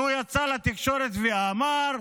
והוא יצא לתקשורת ואמר: